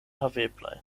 haveblaj